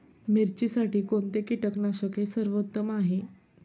मिरचीसाठी कोणते कीटकनाशके सर्वोत्तम आहे?